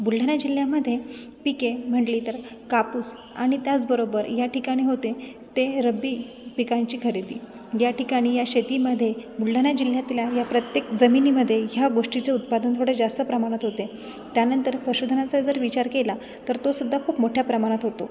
बुलढाणा जिल्ह्यामधे पिके म्हणली तर कापूस आणि त्याचबरोबर या ठिकाणी होते ते रब्बी पिकांची खरेदी या ठिकाणी या शेतीमध्ये बुलढाणा जिल्ह्यातला या प्रत्येक जमिनीमध्ये ह्या गोष्टीचं उत्पादन थोडं जास्त प्रमाणात होते त्यानंतर पशुधनाचा जर विचार केला तर तो सुद्धा खूप मोठ्या प्रमाणात होतो